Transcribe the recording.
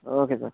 okay sir